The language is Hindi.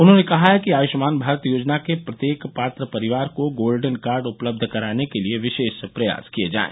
उन्होंने कहा है कि आयुष्मान भारत योजना के प्रत्येक पात्र परिवार को गोल्डन कार्ड उपलब्ध कराने के लिए विशेष प्रयास किए जाएं